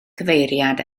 cyfeiriad